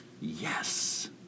Yes